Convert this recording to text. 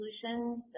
solutions